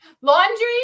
laundry